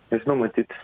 nežinau matyt